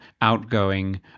outgoing